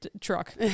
truck